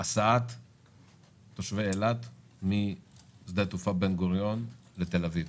הסעת תושבי אילת משדה התעופה בן גוריון לתל אביב,